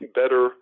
better